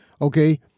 okay